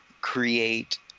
create